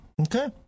Okay